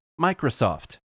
Microsoft